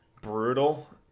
brutal